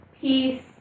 peace